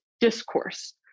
discourse